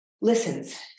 listens